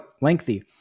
lengthy